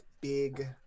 big